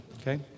Okay